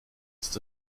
ist